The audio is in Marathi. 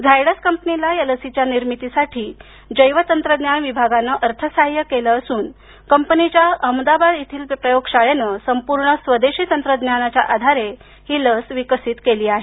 झायडस कंपनीला या लसीच्या निर्मीतीसाठी जैवतंत्रज्ञान विभागानं अर्थसाह्य केलं असून कंपनीच्या अहमदाबाद येथील प्रयोग शाळेनं संपूर्ण स्वदेशी तंत्रज्ञानाआधारे ही लस विकसित केली आहे